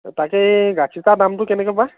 অঁ তাকে গাখীৰ চাহ দামটো কেনেকৈ বা